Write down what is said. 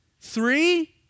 Three